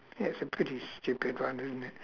it's a pretty stupid one isn't it